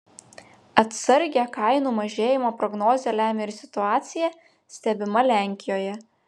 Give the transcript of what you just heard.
atsargią kainų mažėjimo prognozę lemia ir situacija stebima lenkijoje